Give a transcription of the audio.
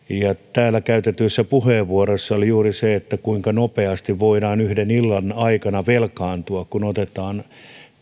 täällä käytetyissä puheenvuoroissa oli esillä juuri se kuinka nopeasti voidaan yhden illan aikana velkaantua kun otetaan